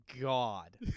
God